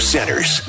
Centers